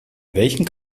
welchen